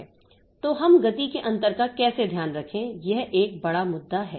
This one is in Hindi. तो हम गति के अंतर का कैसे ध्यान रखें यह एक बड़ा मुद्दा है